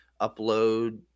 upload